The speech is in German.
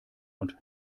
und